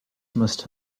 must